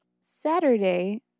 Saturday